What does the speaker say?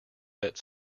that